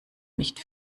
nicht